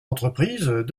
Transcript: entreprises